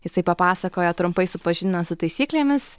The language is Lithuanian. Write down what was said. jisai papasakoja trumpai supažindina su taisyklėmis